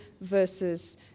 versus